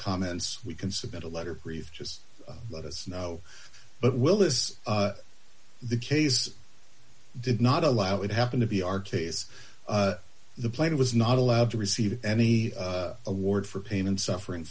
comments we can submit a letter or you just let us know but will this the case did not allow it happen to be our case the plane was not allowed to receive any award for pain and suffering